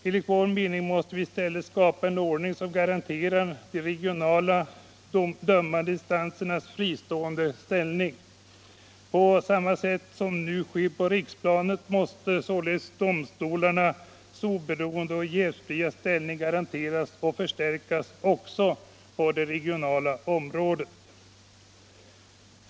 Enligt vår mening måste det i stället skapas en ordning som garanterar de regionala dömande instanserna en fristående ställning. På samma sätt som nu sker på riksplanet måste således domstolarnas oberoende och jävsfria ställning garanteras och förstärkas också på det regionala området.